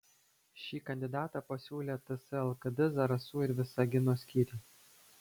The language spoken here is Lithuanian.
šį kandidatą pasiūlė ts lkd zarasų ir visagino skyriai